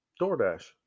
DoorDash